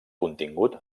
contingut